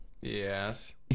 Yes